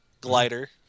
glider